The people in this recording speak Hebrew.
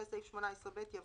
אחרי סעיף 18ב יבוא: